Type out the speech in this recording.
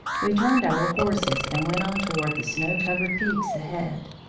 we turned our horses and went on toward the snow-covered peaks ahead.